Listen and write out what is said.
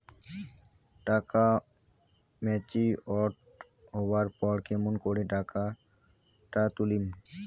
টাকা ম্যাচিওরড হবার পর কেমন করি টাকাটা তুলিম?